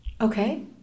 Okay